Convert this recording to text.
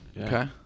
Okay